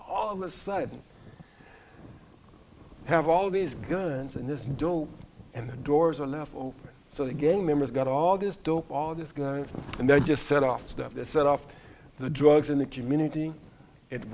all of the sudden have all these guns and this door and the doors were left open so the game members got all this dope on this guy and they just set off the stuff that set off the drugs in the community